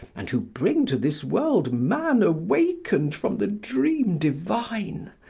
and who bring to this world man awakened from the dream divine!